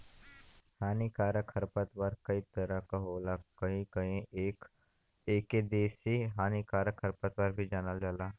हानिकारक खरपतवार कई तरह क होला कहीं कहीं एके देसी हानिकारक खरपतवार भी जानल जाला